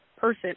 person